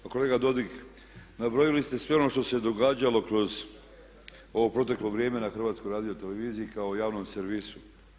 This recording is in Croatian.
Pa kolega Dodig nabrojili ste sve ono što se događalo kroz ovo proteklo vrijeme na HRT-u kao javnom servisu.